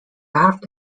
aft